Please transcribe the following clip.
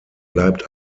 bleibt